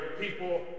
people